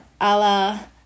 Allah